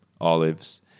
olives